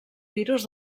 virus